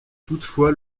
toutefois